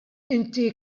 inti